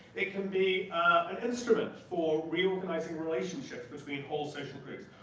it can be an instrument for reorganizing relationships between whole social groups,